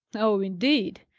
oh, indeed!